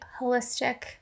holistic